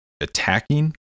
attacking